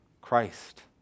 Christ